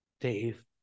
Dave